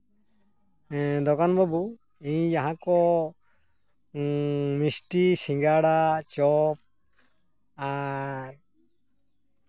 ᱦᱮᱸ ᱫᱚᱠᱟᱱ ᱵᱟᱹᱵᱩ ᱤᱧ ᱡᱟᱦᱟᱸ ᱠᱚ ᱢᱤᱥᱴᱤ ᱥᱤᱸᱜᱟᱲᱟ ᱪᱚᱯ ᱟᱨ